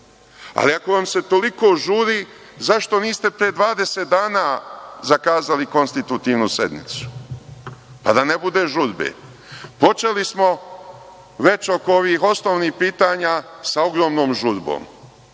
ali ako vam se toliko žuri, zašto niste pre 20 dana zakazali konstitutivnu sednicu pa da ne bude žurbe? Počeli smo već oko ovih osnovnih pitanja sa ogromnom žurbom.